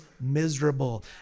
miserable